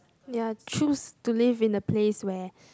ya choose to live in a place where